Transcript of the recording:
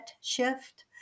shift